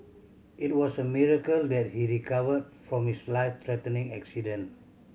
it was a miracle that he recovered from his life threatening accident